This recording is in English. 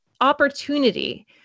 opportunity